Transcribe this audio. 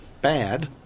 bad